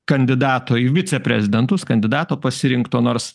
kandidato į viceprezidentus kandidato pasirinkto nors